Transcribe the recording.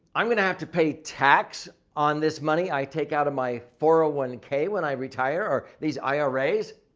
i'm going to have to pay tax on this money i take out of my four ah one k when i retire or these iras?